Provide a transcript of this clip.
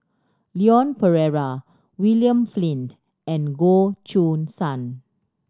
Leon Perera William Flint and Goh Choo San